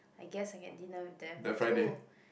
I guess I can dinner with them too